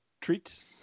treats